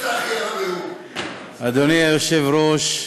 אדוני היושב-ראש,